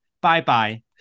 Bye-bye